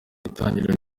itangiriro